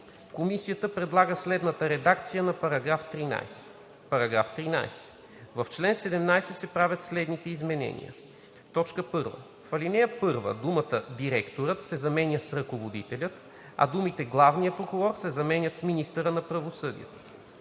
Комисията предлага следната редакция на § 13: „§ 13. В чл. 17 се правят следните изменения: 1. В ал. 1 думата „Директорът“ се заменя с „Ръководителят“, а думите „главния прокурор“ се заменят с „министъра на правосъдието“.